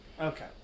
okay